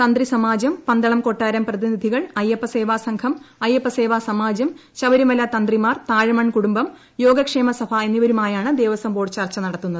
തന്ത്രി സമാജം പന്തളം കൊട്ടാരം പ്രതിനിധികൾ അയ്യപ്പസേവാസംഘം അയ്യപ്പസേവാസമാജം ശബരിമല തന്ത്രിമാർ താഴമൺ കുടുംബം യോഗക്ഷേമസഭ എന്നിവരുമായാണ് ദേവസ്വം ബോർഡ് ചർച്ച നടത്തുന്നത്